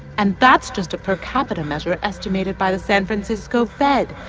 and that's just a per capita measure estimated by the san francisco fed.